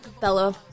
Bella